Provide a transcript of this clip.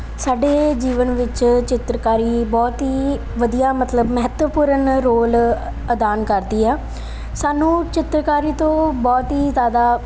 ਸਾਡੇ ਜੀਵਨ ਵਿੱਚ ਚਿੱਤਰਕਾਰੀ ਬਹੁਤ ਹੀ ਵਧੀਆ ਮਤਲਬ ਮਹੱਤਵਪੂਰਨ ਰੋਲ ਅਦਾਨ ਕਰਦੀ ਆ ਸਾਨੂੰ ਚਿੱਤਰਕਾਰੀ ਤੋਂ ਬਹੁਤ ਹੀ ਜ਼ਿਆਦਾ